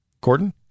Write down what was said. gordon